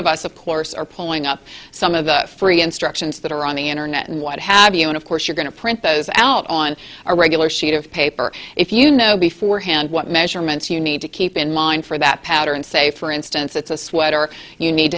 of us of course are pulling up some of the free instructions that are on the internet and what have you and of course you're going to print that is out on a regular sheet of paper if you know before hand what measurements you need to keep in mind for that pattern say for instance it's a sweater you need